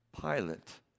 Pilate